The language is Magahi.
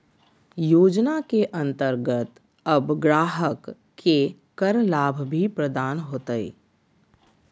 योजना के अंतर्गत अब ग्राहक के कर लाभ भी प्रदान होतय